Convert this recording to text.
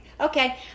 Okay